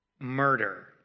murder